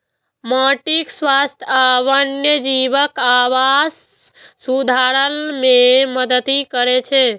माटिक स्वास्थ्य आ वन्यजीवक आवास सुधार मे मदति करै छै